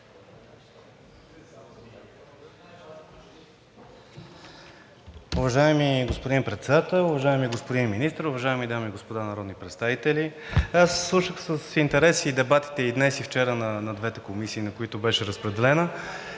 Уважаеми господин Председател, уважаеми господин Министър, уважаеми дами и господа народни представители! Аз слушах с интерес дебатите и днес, и вчера на двете комисии, на които беше разпределена,